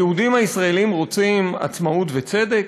היהודים הישראלים רוצים עצמאות וצדק?